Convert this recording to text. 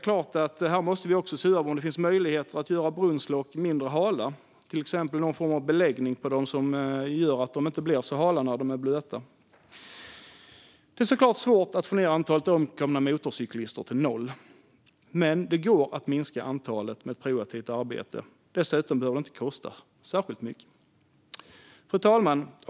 Vi måste se över om det finns möjlighet att göra brunnslock mindre hala, till exempel genom någon form av beläggning som gör att de inte blir så hala när de är blöta. Det är så klart svårt att få ned antalet omkomna motorcyklister till noll, men det går att minska antalet med ett proaktivt arbete. Dessutom behöver det inte kosta särskilt mycket. Fru talman!